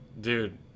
Dude